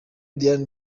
diane